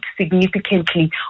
significantly